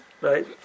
right